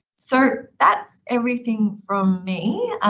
so that's everything from me.